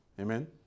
Amen